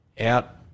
out